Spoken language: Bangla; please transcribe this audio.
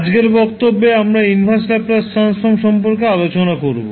আজকের বক্তব্যে আমরা ইনভার্স ল্যাপ্লাস ট্রান্সফর্ম সম্পর্কে আলোচনা করব